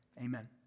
Amen